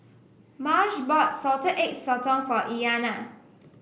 Marsh bought Salted Egg Sotong for Iyana